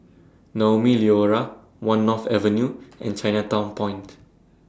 Naumi Liora one North Avenue and Chinatown Point